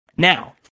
Now